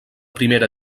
primera